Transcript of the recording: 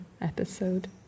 episode